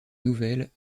nouvelles